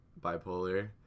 bipolar